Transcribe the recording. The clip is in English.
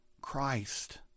Christ